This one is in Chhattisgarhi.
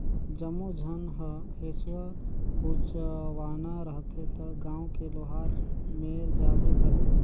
जम्मो झन ह हेसुआ कुचवाना रहथे त गांव के लोहार मेर जाबे करथे